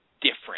different